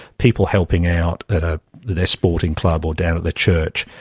people helping out at ah their sporting club or down at their church,